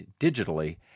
digitally